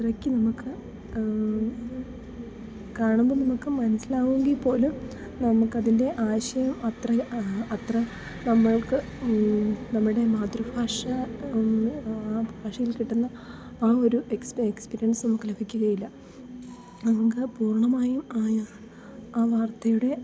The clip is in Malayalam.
അത്രക്ക് നമുക്ക് കാണുമ്പോൾ നമുക്ക് മനസ്സിലാവുമെങ്കിൽ പോലും നമുക്ക് അതിൻ്റെ ആശയം അത്രയും അത്ര നമ്മൾക്ക് നമ്മളുടെ മാതൃഭാഷ ആ ഭാഷയിൽ കിട്ടുന്ന ആ ഒരു എക്സ്പീരിയൻസൊന്നും നമുക്ക് ലഭിക്കുകയില്ല നമുക്ക് പൂർണ്ണമായും ആയ ആ വാർത്തയുടെ